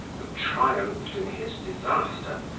who triumphed in his disaster,